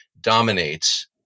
dominates